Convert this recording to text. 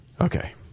Okay